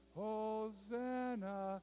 hosanna